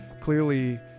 clearly